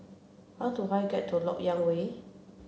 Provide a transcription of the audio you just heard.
how do I get to Lok Yang Way